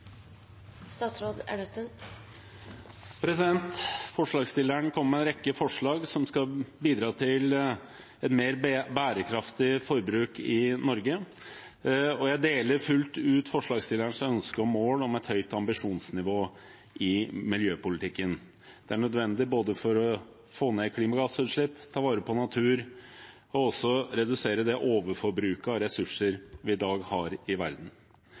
Forslagsstilleren kom med en rekke forslag som skal bidra til et mer bærekraftig forbruk i Norge, og jeg deler fullt ut forslagsstillerens ønske og mål om et høyt ambisjonsnivå i miljøpolitikken. Det er nødvendig både for å få ned klimagassutslipp, ta vare på natur og også å redusere det overforbruket av ressurser vi i dag har i verden.